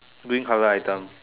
green colour item